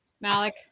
Malik